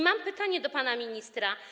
Mam pytanie do pana ministra.